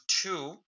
two